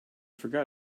forgot